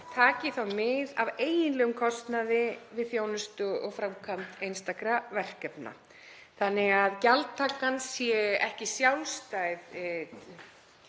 taki mið af eiginlegum kostnaði við þjónustu og framkvæmd einstakra verkefna þannig að gjaldtakan sé ekki sjálfstæður